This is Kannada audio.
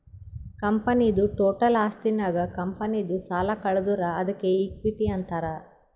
ಕಂಪನಿದು ಟೋಟಲ್ ಆಸ್ತಿನಾಗ್ ಕಂಪನಿದು ಸಾಲ ಕಳದುರ್ ಅದ್ಕೆ ಇಕ್ವಿಟಿ ಅಂತಾರ್